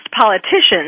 politicians